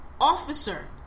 officer